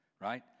right